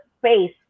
space